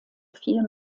vier